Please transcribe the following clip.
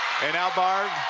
and now, barb,